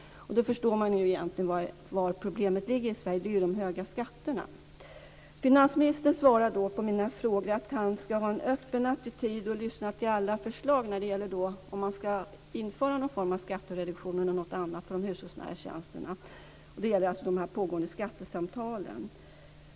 Då förstår man var problemet egentligen ligger i Sverige. Det är de höga skatterna. Finansministern svarar på mina frågor att han skall ha en öppen attityd och lyssna till alla förslag när det gäller om man skall införa någon form av skattereduktion eller något annat för de hushållsnära tjänsterna. Det gäller alltså de här pågående skattesamtalen.